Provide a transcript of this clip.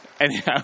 Anyhow